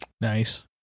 Nice